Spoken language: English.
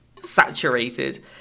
saturated